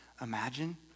imagine